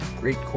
great